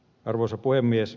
arvoisa puhemies